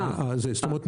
האדום.